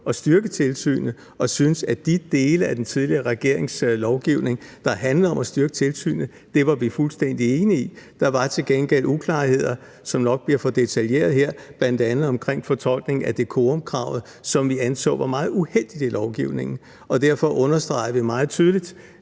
at styrke tilsynet, og de dele af den tidligere regerings lovgivning, der handlede om at styrke tilsynet, var vi fuldstændig enige i. Der var til gengæld uklarheder, som det nok bliver for detaljeret at tage med her, bl.a. omkring fortolkningen af dekorumkravet, som vi syntes var meget uheldigt i lovgivningen, og derfor understregede vi meget tydeligt